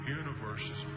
universes